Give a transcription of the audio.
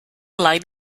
like